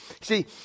See